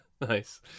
Nice